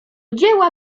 dzieła